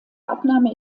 abnahme